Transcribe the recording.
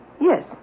Yes